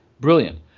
Brilliant